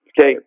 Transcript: Okay